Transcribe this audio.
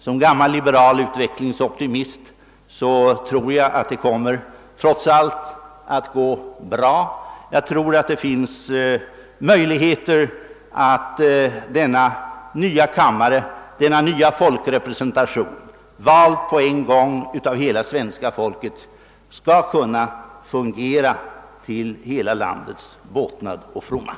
Som gammal liberal utvecklingsoptimist tror jag att det trots allt kommer att gå bra. Jag tror att denna nya folkrepresentation, vald på en gång av hela svenska folket, skall kunna fungera till hela vårt lands båtnad.